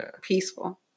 peaceful